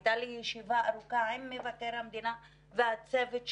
הייתה לי ישיבה ארוכה עם מבקר המדינה והצוות שלו,